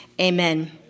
Amen